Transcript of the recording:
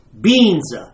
Beans